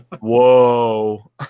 Whoa